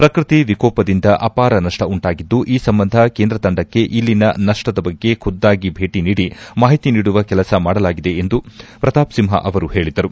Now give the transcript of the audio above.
ಪ್ರಕೃತಿ ವಿಕೋಪದಿಂದ ಅಪಾರ ನಷ್ಟ ಉಂಟಾಗಿದ್ದು ಈ ಸಂಬಂಧ ಕೇಂದ್ರ ತಂಡಕ್ಕೆ ಇಲ್ಲಿನ ನಷ್ಟದ ಬಗ್ಗೆ ಖುದ್ದಾಗಿ ಭೇಟ ನೀಡಿ ಮಾಹಿತಿ ನೀಡುವ ಕೆಲಸ ಮಾಡಲಾಗಿದೆ ಎಂದು ಪ್ರತಾಪ್ ಸಿಂಹ ಅವರು ಹೇಳಿದರು